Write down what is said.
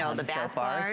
ah the bath bars,